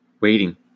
waiting